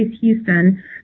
Houston